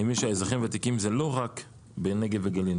אני מבין שאזרחים הוותיקים זה לא רק בנגב וגליל,